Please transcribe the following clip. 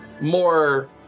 more